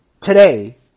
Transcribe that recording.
today